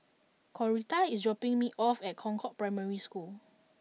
Coretta is dropping me off at Concord Primary School